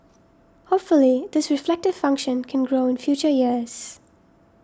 hopefully this reflective function can grow in future years